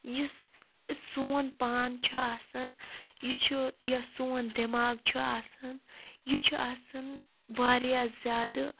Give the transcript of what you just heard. یُس سون پان چھُ آسان یہِ چھُ یا سون دٮ۪ماغ چھُ آسان یہِ چھُ آسان واریاہ زیادٕ